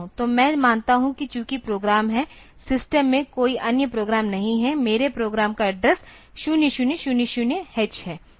तो मैं मानता हूं कि चूंकि प्रोग्राम है सिस्टम में कोई अन्य प्रोग्राम नहीं है मेरे प्रोग्राम का एड्रेस 0 0 0 0 h पर है